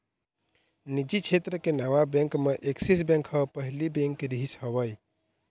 निजी छेत्र के नावा बेंक म ऐक्सिस बेंक ह पहिली बेंक रिहिस हवय